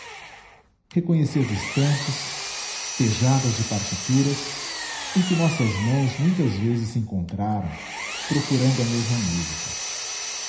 reconheci as estantes pejadas de partituras em que nossas mãos muitas vezes se encontraram procurando a mesma música